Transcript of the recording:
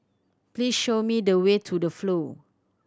please show me the way to The Flow